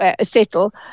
settle